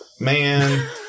Man